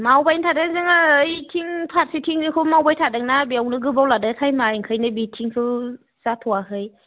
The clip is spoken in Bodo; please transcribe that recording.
मावबायनो थादो जोङो ओइथिं फारसेथिंनिखौ मावबाय थादोंना बेवनो गोबाव लादो टाइमा ओंखायनो बेथिंखौ जाथ'आखै